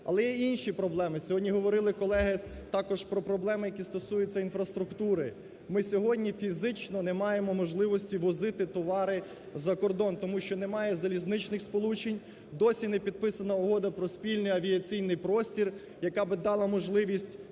Але є інші проблеми. Сьогодні говорили колеги також про проблеми, які стосуються інфраструктури. Ми сьогодні фізично не маємо можливості возити товари за кордон, тому що немає залізничних сполучень, досі не підписана Угода про спільний авіаційний простір, яка би дала можливість